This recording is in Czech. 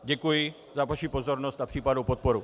Děkuji za vaši pozornost a případnou podporu.